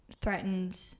threatened